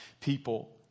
people